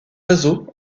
oiseaux